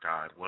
God